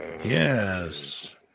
Yes